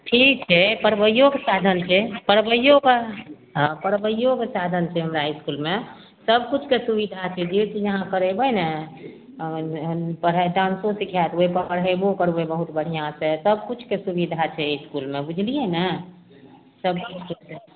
ठीक छै पढ़बैऔके साधन छै पढ़बैऔके हँ पढ़बैऔके साधन छै हमरा इसकुलमे सबकिछुके सुविधा छै जे चीज अहाँ करेबै ने डान्सो सिखै देबै पढ़ेबो करबै बहुत बढ़िआँसे सबकिछुके सुविधा छै एहि इसकुलमे बुझलिए ने सबकिछुके छै